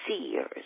seers